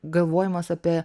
galvojimas apie